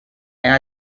and